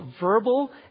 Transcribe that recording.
verbal